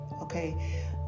Okay